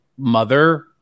mother